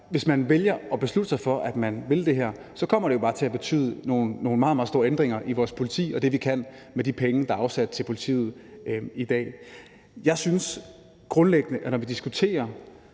hvis man vælger at beslutte sig for, at man vil det her, så kommer det jo bare til at betyde nogle meget, meget store ændringer i vores politi og det, vi kan med de penge, der er afsat til politiet i dag. Jeg synes grundlæggende, at når vi diskuterer